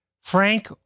Frank